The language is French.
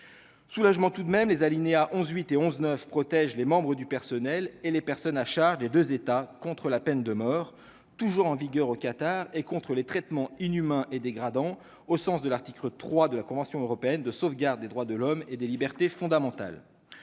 Soulagement tout de même les alinéas 11 8 et 11 9 protège les membres du personnel et les personnes à charge des 2 États contre la peine de mort, toujours en vigueur au Qatar et contre les traitements inhumains et dégradants au sens de l'article 3 de la Convention européenne de sauvegarde des droits de l'homme et des libertés fondamentales